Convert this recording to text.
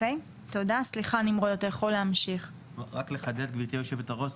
רק לחדד גברתי היושבת-ראש,